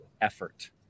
effort